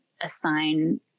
assign